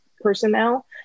personnel